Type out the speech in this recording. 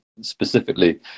Specifically